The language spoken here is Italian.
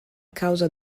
causa